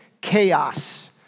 chaos